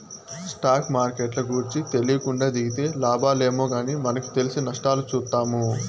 stock మార్కెట్ల గూర్చి తెలీకుండా దిగితే లాబాలేమో గానీ మనకు తెలిసి నష్టాలు చూత్తాము